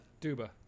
Duba